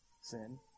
sin